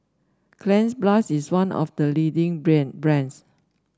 Cleanz Plus is one of the leading brand brands